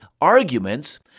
arguments